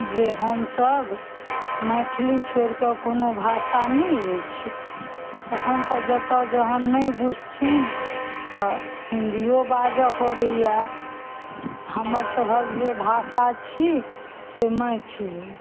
हमसब मैथिली छोड़ि कऽ कोनो भाषा नहि अछि तखन तऽ जतऽ जहन नै बुझथिन तऽ हिन्दियो बाजऽ पड़ैये हमर सभक जे भाषा छी से मैथिली